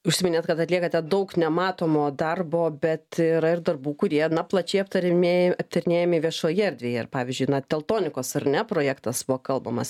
užsiminėt kad atliekate daug nematomo darbo bet yra ir darbų kurie na plačiai aptariami aptarinėjami viešoje erdvėje ir pavyzdžiui na teltonikos ar ne projektas buvo kalbamas